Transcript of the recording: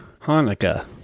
Hanukkah